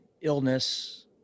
illness